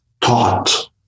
taught